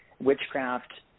witchcraft